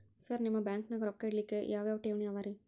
Sir ನಿಮ್ಮ ಬ್ಯಾಂಕನಾಗ ರೊಕ್ಕ ಇಡಲಿಕ್ಕೆ ಯಾವ್ ಯಾವ್ ಠೇವಣಿ ಅವ ರಿ?